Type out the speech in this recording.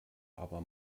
aber